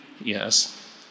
yes